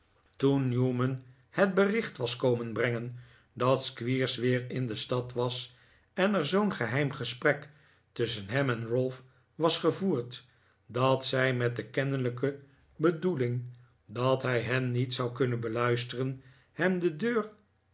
toen newman het bericht was komen brengen dat squeers weer in de stad was en er zoo'n geheim gesprek tusschen hem en ralph was gevoerd dat zij met de kennelijke bedoeling dat hij hen niet zou kunnen beluisteren hem de deur